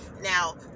Now